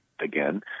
again